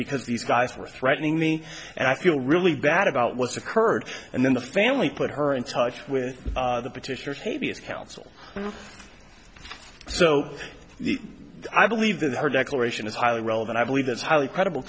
because these guys were threatening me and i feel really bad about what's occurred and then the family put her in touch with the petitioner k b s counsel so i believe that her declaration is highly relevant i believe that's highly credible